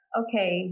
okay